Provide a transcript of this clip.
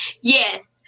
Yes